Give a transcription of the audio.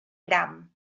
gram